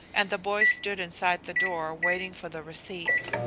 and the boy stood inside the door waiting for the receipt.